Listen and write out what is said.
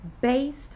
based